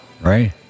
Right